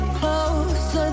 closer